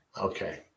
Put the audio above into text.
Okay